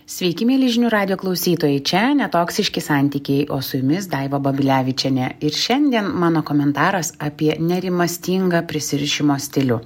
sveiki mieli žinių radijo klausytojai čia ne toksiški santykiai o su jumis daiva babilevičienė ir šiandien mano komentaras apie nerimastingą prisirišimo stilių